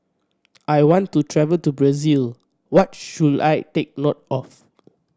I want to travel to Brazil what should I take note of